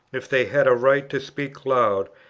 if they had a right to speak loud,